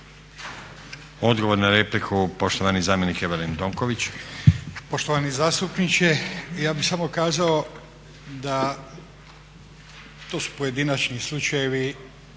Odgovor na repliku poštovani zamjenik Evelin Tonković.